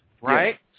right